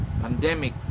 pandemic